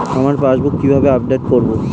আমার পাসবুক কিভাবে আপডেট করবো?